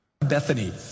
Bethany